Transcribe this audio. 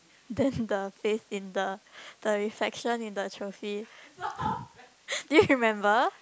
then the face in the the reflection in the trophy did you remember